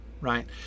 right